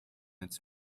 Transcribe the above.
its